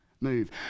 move